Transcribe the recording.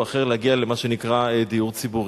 אחר להגיע למה שנקרא "דיור ציבורי".